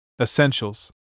essentials